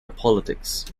politics